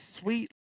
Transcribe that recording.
sweet